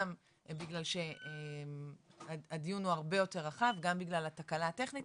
גם בגלל שהדיון הוא הרבה יותר רחב וגם בגלל התקלה הטכנית,